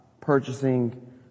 purchasing